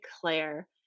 claire